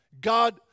God